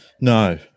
No